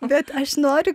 bet aš noriu